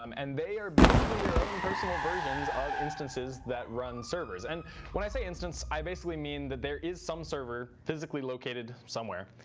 um and they are basically your own personal versions of instances that run servers. and when i say instance, i basically mean that there is some server physically located somewhere.